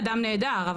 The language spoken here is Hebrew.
אדם נהדר,